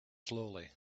slowly